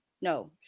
No